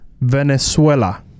Venezuela